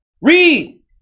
Read